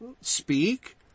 speak